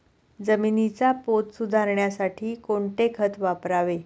जमिनीचा पोत सुधारण्यासाठी कोणते खत वापरावे?